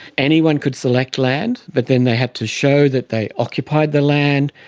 anyone could select land but then they had to show that they occupied the land,